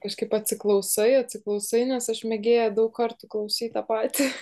kažkaip atsiklausai atsiklausai nes aš mėgėja daug kartų klausyt tą patį